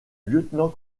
lieutenant